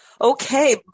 Okay